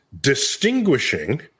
distinguishing